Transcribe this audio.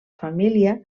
família